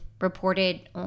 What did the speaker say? reported